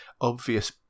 obvious